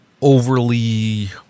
overly